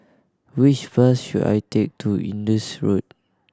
which bus should I take to Indus Road